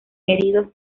heridos